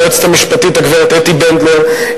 ליועצת המשפטית הגברת אתי בנדלר,